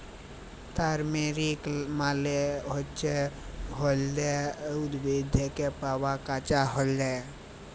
turmeric মালে হচ্যে হল্যদের উদ্ভিদ থ্যাকে পাওয়া কাঁচা হল্যদ